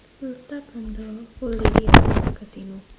we'll start from the old lady in front of the casino